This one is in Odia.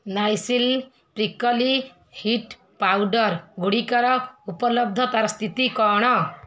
ନାଇସିଲ୍ ପ୍ରିକ୍ଲି ହିଟ୍ ପାଉଡ଼ର୍ଗୁଡ଼ିକର ଉପଲବ୍ଧତାର ସ୍ଥିତି କ'ଣ